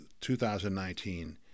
2019